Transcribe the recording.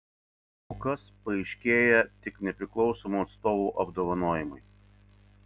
kol kas paaiškėję tik nepriklausomų atstovų apdovanojimai